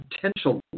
potential